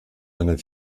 einer